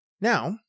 Now